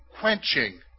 quenching